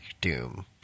Doom